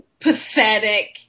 Pathetic